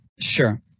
Sure